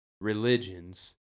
religions